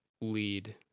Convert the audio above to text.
lead